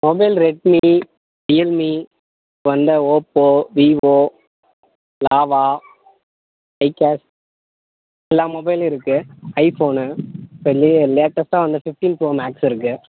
mobile Redmi Realme அப்புறம் வந்தா Oppo Vivo lava எல்லா மொபைலும் இருக்கு ஐஃபோன்னு இப்போ நியூ லேட்டஸ்ட்டாக வந்த ஃபிஃப்ட்டின் ப்ரோ மேக்ஸ் இருக்கு